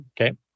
okay